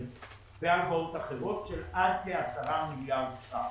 והלוואות אחרות של עד כ-10 מיליארד שקלים.